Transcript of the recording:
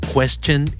Question